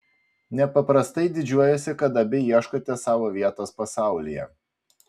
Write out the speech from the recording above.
nepaprastai didžiuojuosi kad abi ieškote savo vietos pasaulyje